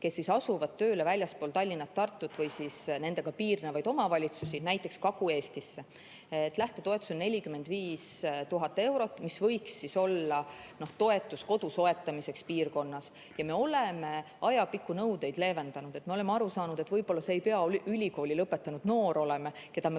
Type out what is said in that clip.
kes asuvad tööle väljaspool Tallinna, Tartut või nendega piirnevaid omavalitsusi, näiteks Kagu-Eestisse. Lähtetoetus on 45 000 eurot, mis võiks olla toetus kodu soetamiseks piirkonnas. Ja me oleme ajapikku nõudeid leevendanud. Me oleme aru saanud, et võib-olla see ei pea olema ülikooli lõpetanud noor, keda me